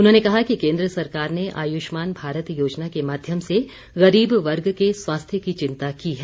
उन्होंने कहा कि केन्द्र सरकार ने आयुष्मान भारत योजना के माध्यम से गरीब वर्ग के स्वास्थ्य की चिंता की है